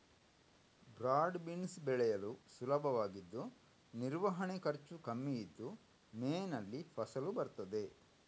broad beans ಬೆಳೆಯಲು ಸುಲಭವಾಗಿದ್ದು ನಿರ್ವಹಣೆ ಖರ್ಚು ಕಮ್ಮಿ ಇದ್ದು ಮೇನಲ್ಲಿ ಫಸಲು ಬರ್ತದೆ